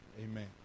Amen